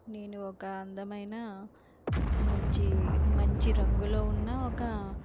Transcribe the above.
నేను ఒక అందమైన మంచి మంచి రంగులో ఉన్న ఒక